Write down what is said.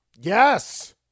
Yes